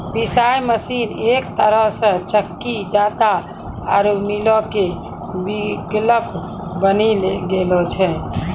पिशाय मशीन एक तरहो से चक्की जांता आरु मीलो के विकल्प बनी गेलो छै